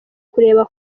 kureba